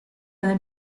del